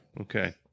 Okay